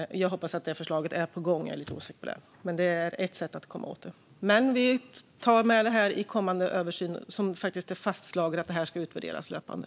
Jag hoppas att det förslaget är på gång. Jag är lite osäker på hur det är med det. Men det är ett sätt att komma åt det. Vi tar med det här i kommande översyn. Det är fastslaget att det ska utvärderas löpande.